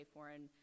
Foreign